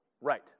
Right